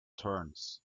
terns